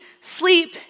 sleep